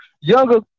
younger